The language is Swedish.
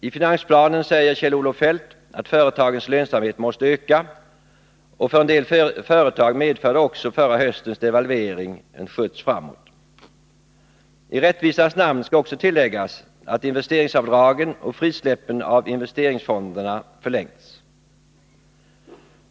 I finansplanen säger Kjell-Olof Feldt att företagens lönsamhet måste öka, och för en del företag medförde också förra höstens devalvering en skjuts framåt. I rättvisans namn skall också tilläggas att investeringsavdragen och frisläppen av investeringsfonderna förlängts.